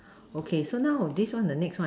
okay so now this one the next one